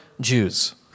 Jews